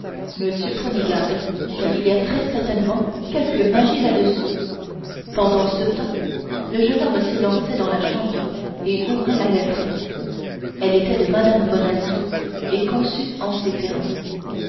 monsieur prenez garde car il y a très certainement quelque magie là-dessous pendant ce temps le jeune homme s'élançait dans la chambre et ouvrait la lettre elle était de mme bonacieux et conçue en ces termes